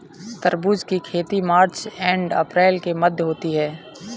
तरबूज की खेती मार्च एंव अप्रैल के मध्य होती है